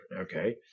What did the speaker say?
Okay